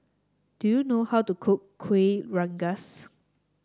do you know how to cook Kuih Rengas